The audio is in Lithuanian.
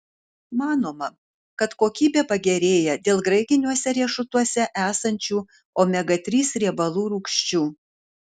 manoma kad kokybė pagerėja dėl graikiniuose riešutuose esančių omega trys riebalų rūgščių